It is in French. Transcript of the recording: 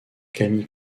camille